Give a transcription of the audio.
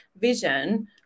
vision